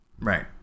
right